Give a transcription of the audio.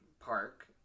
park